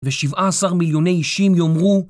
ו-17 מיליוני אישים יאמרו